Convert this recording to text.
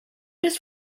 just